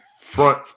front